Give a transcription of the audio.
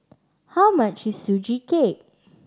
how much is Sugee Cake